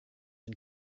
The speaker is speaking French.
une